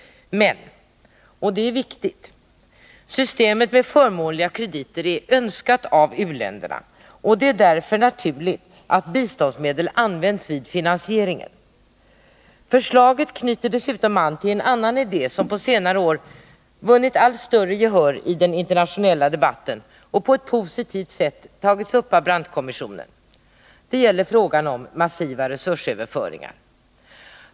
Men — och det är viktigt — systemet med förmånliga krediter är önskat av u-länderna, och det är därför naturligt att biståndsmedel används vid finansieringen. Förslaget knyter dessutom an till en annan idé som på senare år vunnit allt större gehör i den internationella debatten och på ett positivt sätt tagits upp av Brandtkommissionen. Det gäller frågan om massiva resursöverföringar.